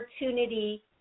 opportunity